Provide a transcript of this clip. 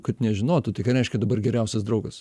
kad nežinotų tai ką reiškia dabar geriausias draugas